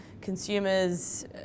consumers